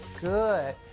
Good